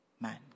man